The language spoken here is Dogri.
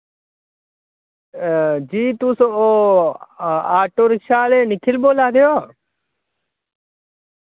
जी तुस ओह् आटो रिक्शा आह्ले निखिल बोल्ला दे ओ